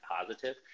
positive